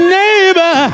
neighbor